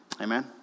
Amen